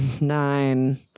nine